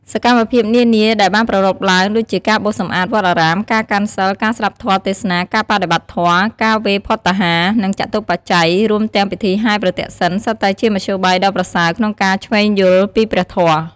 សកម្មភាពនានាដែលបានប្រារព្ធឡើង ដូចជាការបោសសម្អាតវត្តអារាម ការកាន់សីល ការស្ដាប់ធម៌ទេសនា ការបដិបត្តិធម៌ ការវេរភត្តាហារ និងចតុបច្ច័យ រួមទាំងពិធីហែរប្រទក្សិណ សុទ្ធតែជាមធ្យោបាយដ៏ប្រសើរក្នុងការឈ្វេងយល់ពីព្រះធម៌។